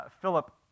Philip